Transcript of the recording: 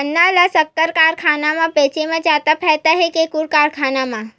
गन्ना ल शक्कर कारखाना म बेचे म जादा फ़ायदा हे के गुण कारखाना म?